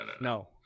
No